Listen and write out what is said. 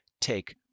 take